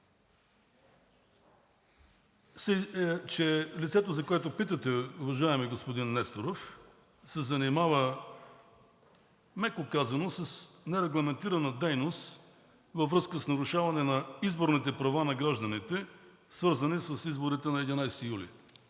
лицето, за което питате, уважаеми господин Несторов, се занимава, меко казано, с нерегламентирана дейност във връзка с нарушаване на изборните права на гражданите, свързани с изборите на 11 юли.